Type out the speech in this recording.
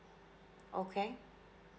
okay